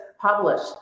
published